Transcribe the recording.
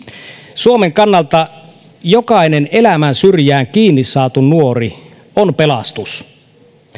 suomen kannalta jokainen elämän syrjään kiinni saatu nuori on pelastus